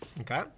Okay